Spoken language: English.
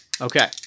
okay